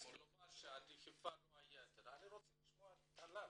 כלומר שהדחיפה לא הייתה --- אני רוצה לשמוע את טלל.